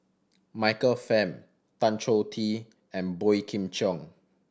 Michael Fam Tan Choh Tee and Boey Kim Cheng